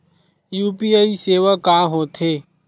UPI सेवा का होथे?